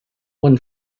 one